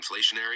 inflationary